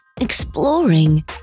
exploring